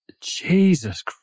Jesus